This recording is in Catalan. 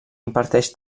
imparteix